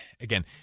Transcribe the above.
again